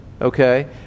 Okay